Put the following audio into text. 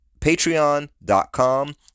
patreon.com